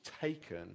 taken